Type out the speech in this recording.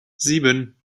sieben